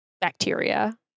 bacteria